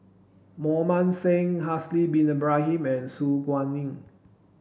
Mohan Singh Haslir bin Ibrahim and Su Guaning